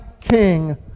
king